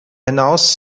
hinaus